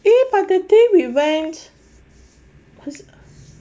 eh but that day we went because